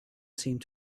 seemed